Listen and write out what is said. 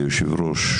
היושב-ראש,